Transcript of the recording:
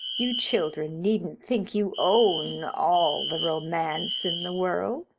you children needn't think you own all the romance in the world.